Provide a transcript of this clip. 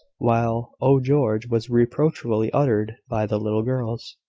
while oh, george! was reproachfully uttered by the little girls.